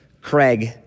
Craig